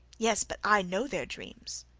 yes, but i know they're dreams.